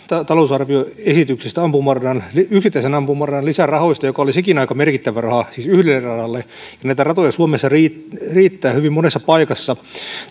talousarvioesityksestä yksittäisen ampumaradan lisärahoista joka oli sekin aika merkittävä raha siis yhdelle radalle näitä ratoja suomessa riittää riittää hyvin monessa paikassa